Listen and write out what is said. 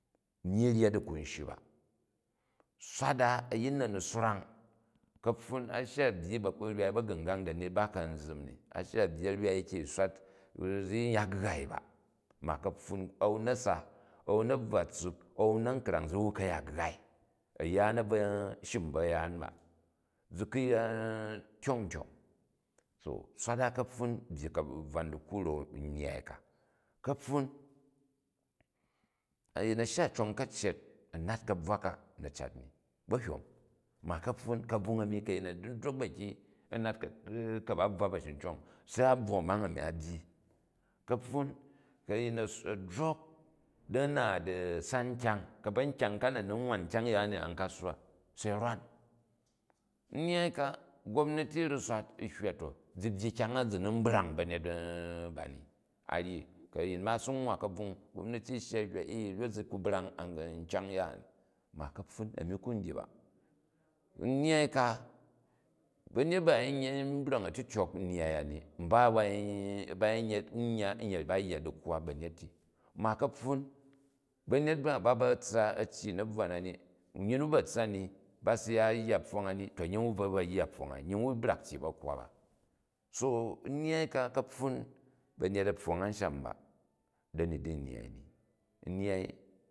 Myyi rya di ku n shyi ba, swat a a̱yin na̱ ni swrang. Ka̱pfun a shya u byyi barwai ba̱gu̱ngang dani ba ka zzin ni, a shya u byyi a̱rwai ki, u swat, zi yin, ya gghai ba ma kapfun an u na̱sa, a̱n u na̱bvwa tssup, a̱n u na̱krang, zi wu ka̱ ya gghai. Ayaan a̱bvo chim bu a̱yaan ba, zi ku ya tyong tyong. So swal a kaptung byyi kabvung, bvwan dikwu a̱ra̱m a̱mi nnyyai ka. Kapfun, a̱yin a̱ shya a̱ cong ka̱cyet a̱ nat ka̱bvwa ka na̱ cat ni ba̱hyom ma kapfun ka̱bving a̱ni, ku ayin a̱ ni drok ba ki a̱nat ka̱babvwa ba̱cincong se a bvwo a̱mong a̱mi a byyi. Ka̱pfun ku̱ a̱yin a̱ drok di a naat san kyang ka̱ba̱nkyang ka na̱ ni n wan kyang ya ni a̱n kaswa, se a rwan. Nnyyai ka, gobnati ru swat u̱ hywa to zi byyi kyang a zi ni n brang ba̱nyet ba ni a ryi, ku̱ a̱in ma a̱ simwwa kabvung, gobnati shya n hyna ee, ryok zi ku brang kyang yaan ma ka̱ptun a̱mi ku n dyi ba. Nnnyaai ka banjet ba a̱ yi bra̱ng a̱tityok nnya a ni niba a wa ba yin yet, ba yani yya nye ba yya chikwa ba̱nyet ti ma ka̱pfun ba̱nyet ba ba ba tssa a̱ tyyi u̱ nabvwa na ni, nying nu ba tssa ni ba tsiya yya pfong a ni to nying wu bvu bu̱ yya pfong a, nyin wu brak tyyo bakwa ba. So nnyyai ka, ka̱pfun ba̱nyet a̱ pfong ansham ba dani di nnajjai ni